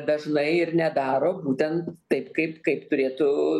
dažnai ir nedaro būtent taip kaip kaip turėtų